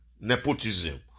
Nepotism